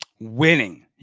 Winning